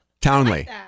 Townley